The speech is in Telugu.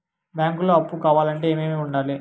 బ్యాంకులో అప్పు కావాలంటే ఏమేమి ఉండాలి?